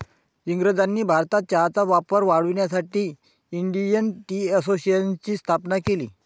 इंग्रजांनी भारतात चहाचा वापर वाढवण्यासाठी इंडियन टी असोसिएशनची स्थापना केली